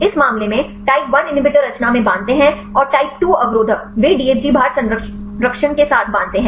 इस मामले में टाइप 1 इनहिबिटर रचना में बांधते हैं और टाइप 2 अवरोधक वे DFG बाहर संरक्षण के साथ बाँधते हैं